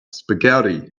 spaghetti